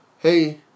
Hey